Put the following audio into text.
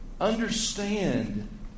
understand